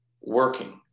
working